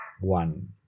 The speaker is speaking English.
one